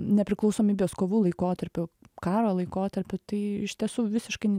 nepriklausomybės kovų laikotarpiu karo laikotarpiu tai iš tiesų visiškai